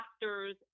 doctors